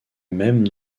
même